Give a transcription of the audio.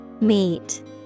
Meet